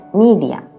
media